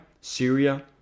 Syria